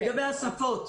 לגבי השפות.